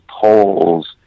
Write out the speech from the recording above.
polls